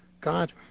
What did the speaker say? God